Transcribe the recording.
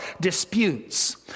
disputes